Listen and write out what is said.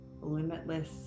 limitless